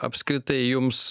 apskritai jums